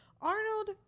Arnold